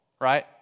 right